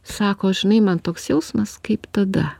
sako žinai man toks jausmas kaip tada